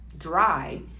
dry